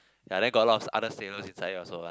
ya then got a lot of other sailors inside it also lah